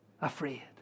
afraid